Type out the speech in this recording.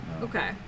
Okay